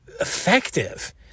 effective